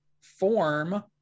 form